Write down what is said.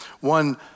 One